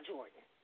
Jordan